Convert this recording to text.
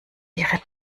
ihre